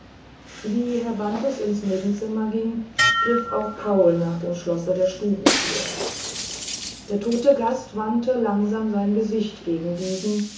wie herr bantes ins nebenzimmer ging griff auch paul nach dem schlosse der stubentür der tote gast wandte langsam sein gesicht gegen diesen